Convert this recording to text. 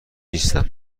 نیستم